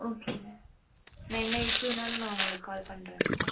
ஓகேங்க நான் என்ன இஷ்யூன்னாலும் நான் உங்களுக்கு கால் பண்ணுறேன் மேம்